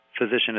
physician